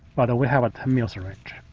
but we have a ten mill syringe.